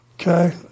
Okay